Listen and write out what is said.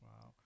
Wow